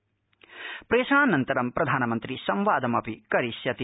प्रेषणानन्तरं प्रधानमंत्री संवादमपि करिष्यति